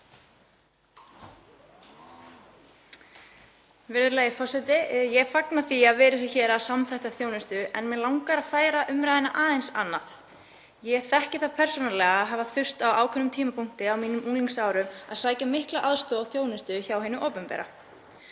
Virðulegi forseti. Ég fagna því að við erum hér að samþætta þjónustu en mig langar að færa umræðuna aðeins annað. Ég þekki það persónulega að hafa þurft á ákveðnum tímapunkti á mínum unglingsárum að sækja mikla aðstoð og þjónustu hjá hinu opinbera.